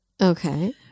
Okay